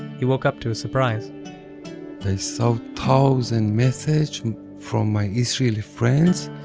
he woke up to a surprise i saw thousand message from my israeli friends.